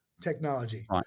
technology